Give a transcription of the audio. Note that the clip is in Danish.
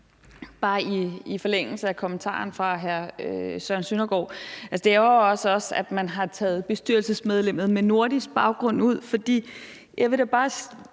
bare i forlængelse af kommentaren fra hr. Søren Søndergaard. Altså, det ærgrer også os, at man har taget bestyrelsesmedlemmet med nordisk baggrund ud, for jeg vil da bare